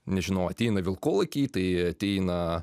nežinau ateina vilkolakiai tai ateina